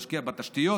נשקיע בתשתיות.